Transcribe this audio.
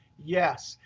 yes,